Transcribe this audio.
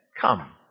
come